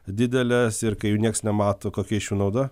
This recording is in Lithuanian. didelės ir kai jų nieks nemato kokia šių nauda